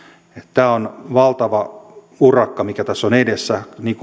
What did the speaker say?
tämä on valtava urakka mikä tässä on edessä niin